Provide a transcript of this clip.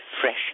fresh